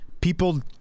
People